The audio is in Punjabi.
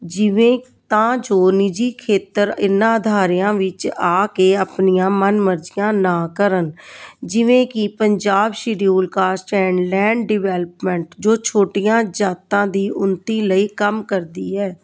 ਜਿਵੇਂ ਤਾਂ ਜੋ ਨਿੱਜੀ ਖੇਤਰ ਇਹਨਾਂ ਅਦਾਰਿਆਂ ਵਿੱਚ ਆ ਕੇ ਆਪਣੀਆਂ ਮਨਮਰਜ਼ੀਆਂ ਨਾ ਕਰਨ ਜਿਵੇਂ ਕਿ Punjab schedule caste and land development ਜੋ ਛੋਟੀਆਂ ਜਾਤਾਂ ਦੀ ਉੱਨਤੀ ਲਈ ਕੰਮ ਕਰਦੀ ਹੈ